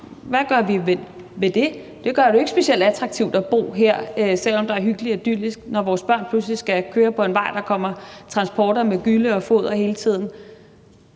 Hvad gør vi ved det? For det gør det jo ikke specielt attraktivt at bo her, selv om der er hyggeligt og idyllisk, når vores børn pludselig skal køre på en vej, hvor der kommer transporter med gylle og foder hele tiden.